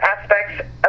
aspects